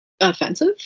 offensive